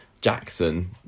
Jackson